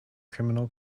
criminal